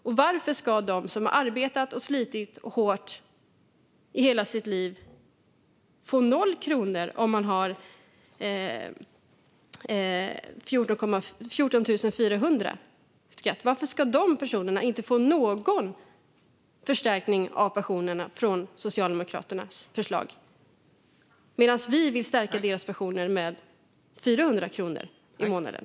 Och varför ska de som arbetat och slitit hårt i hela sitt liv få 0 kronor om de har 14 400 kronor efter skatt? Varför ska de personerna inte få någon förstärkning av pensionerna från Socialdemokraternas förslag? Vi vill stärka deras pensioner med 400 kronor i månaden.